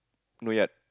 not yet